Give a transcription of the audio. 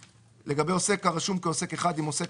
"(3)לגבי עוסק הרשום כעוסק אחד עם עוסק